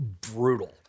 brutal